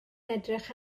edrych